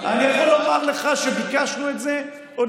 אני יכול לומר לך שביקשנו את זה עוד